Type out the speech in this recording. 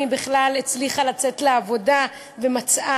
אם היא בכלל הצליחה לצאת לעבודה ומצאה